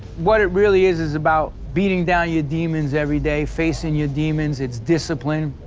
what it really is is about beating down your demons every day, facing your demons, it's discipline,